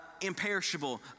imperishable